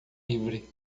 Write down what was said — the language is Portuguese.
livre